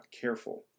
careful